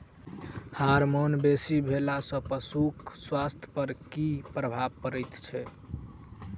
Hormone बेसी भेला सॅ पशुक स्वास्थ्य पर की प्रभाव पड़ैत छै?